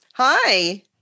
Hi